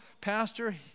pastor